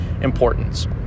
importance